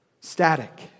static